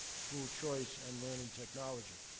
school choice, and learning technology.